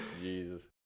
Jesus